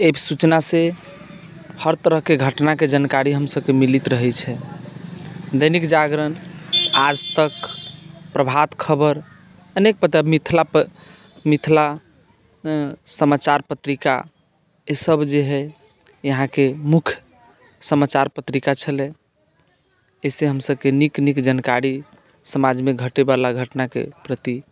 एहि सूचनासँ हर तरहके घटनाके जानकारी हमसभके मिलैत रहैत छै दैनिक जागरण आज तक प्रभात खबर अनेक प्रकार मिथला प मिथला समाचार पत्रिका ईसभ जे हइ यहाँके मुख्य समाचार पत्रिका छलै एहिसँ हमसभके नीक नीक जानकारी समाजमे घटैवला घटनाके प्रति